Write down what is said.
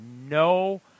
no